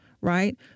right